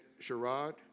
Sherrod